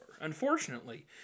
unfortunately